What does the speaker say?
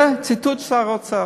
זה ציטוט של שר האוצר.